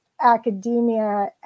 academia